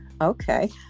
okay